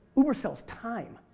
uber sells time.